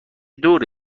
دوره